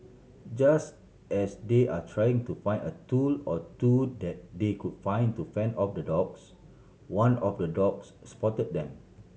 just as they are trying to find a tool or two that they could find to fend off the dogs one of the dogs spotted them